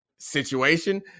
situation